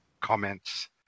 comments